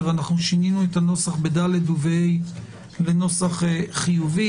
שינינו את הנוסח ב-ד וב-ה לנוסח חיובי.